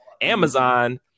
Amazon